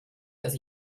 dass